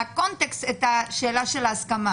מהקונטקסט את השאלה של ההסכמה.